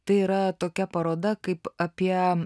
tai yra tokia paroda kaip apie